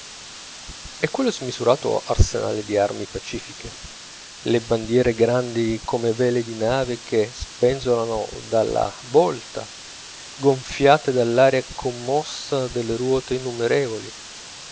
e quello smisurato arsenale di armi pacifiche le bandiere grandi come vele di nave che spenzolano dalla vlta gonfiate dall'aria commossa dalle ruote innumerevoli